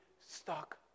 stuck